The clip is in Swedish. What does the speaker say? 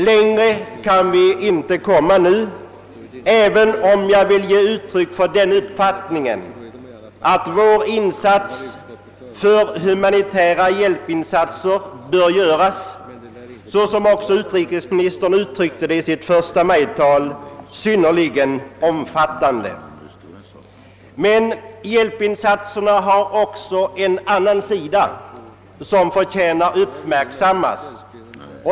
Längre kan vi inte komma nu, men jag vill ge uttryck för den uppfattningen att vår insats för humanitär hjälp bör göras — såsom utrikesministern uttryckte det i sitt förstamajtal — synnerligen omfattande. Men hjälpinsatserna har också en annan sida som förtjänar att uppmärksammas.